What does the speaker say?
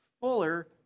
fuller